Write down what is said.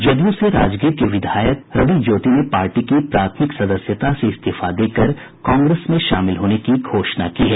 जदयू से राजगीर के विधायक रवि ज्योति ने पार्टी की प्राथमिक सदस्यता से इस्तीफा देकर कांग्रेस में शामिल होने की घोषणा की है